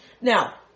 Now